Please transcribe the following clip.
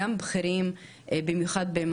גם בכירים,